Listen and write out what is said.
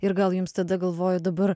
ir gal jums tada galvoju dabar